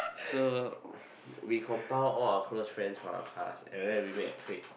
so we compile all our close friends from our class and then we made a clique